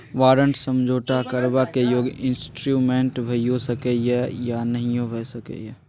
बारंट समझौता करबाक योग्य इंस्ट्रूमेंट भइयो सकै यै या नहियो भए सकै यै